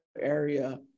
area